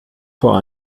vor